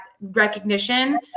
recognition